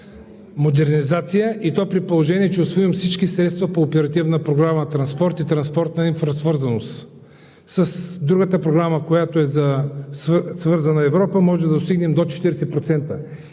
модернизация, и то при положение че усвоим всички средства по Оперативна програма „Транспорт и транспортна инфраструктура“. С другата програма, с която е свързана Европа, можем да достигнем до 40%